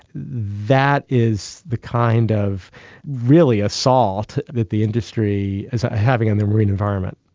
that is the kind of really assault that the industry is having on the marine environment.